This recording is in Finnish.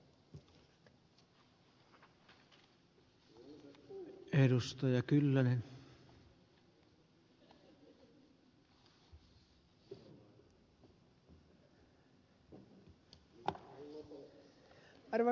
arvoisa herra puhemies